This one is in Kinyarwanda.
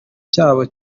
cyabo